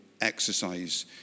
exercise